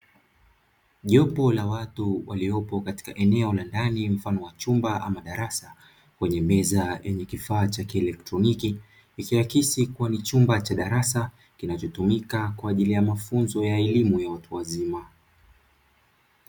Jopo la watu waliopo katika eneo la ndani mfano wa chumba ama darasa chenye meza yenye kifaa cha kielektroniki, kikiakisi kuwa ni chumba cha darasa kinachotumika kwa ajili ya mafunzo ya elimu ya watu wazima.